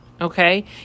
okay